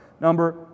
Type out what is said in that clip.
Number